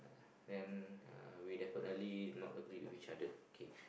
then uh we definitely not agree with other okay